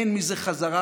אין מזה חזרה,